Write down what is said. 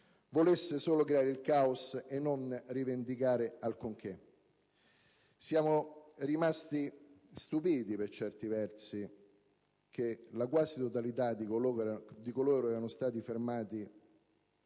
volesse solo creare il caos e non rivendicare alcunché. Siamo rimasti stupiti che la quasi totalità di coloro che erano stati fermati